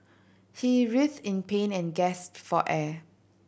he writhed in pain and gasped for air